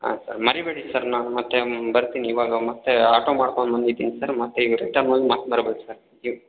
ಹಾಂ ಸರ್ ಮರೀಬೇಡಿ ಸರ್ ನಾನು ಮತ್ತೆ ಬರ್ತೀನಿ ಇವಾಗ ಮತ್ತೆ ಆಟೋ ಮಾಡ್ಕೊಂಡ್ ಬಂದಿದಿನಿ ಸರ್ ಮತ್ತೆ ಈಗ ರಿಟನ್ ಹೋಗ್ ಮತ್ತೆ ಬರ್ಬೇಕು ಸರ್